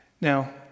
Now